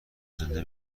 زنده